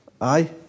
Aye